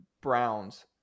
Browns